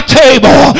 table